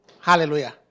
Hallelujah